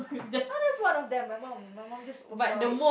not just one of them my mum my mum just spoke about it